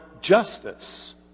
justice